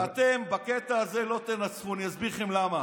ואתם בקטע הזה לא תנצחו, אני אסביר לכם למה.